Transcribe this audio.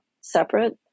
separate